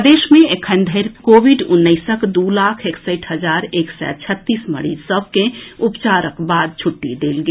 प्रदेश मे एखन धरि कोविड उन्नैसक दू लाख एकसठि हजार एक सय छत्तीस मरीज सभ के उपचारक बाद छुट्टी देल गेल